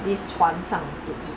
this 传声顶益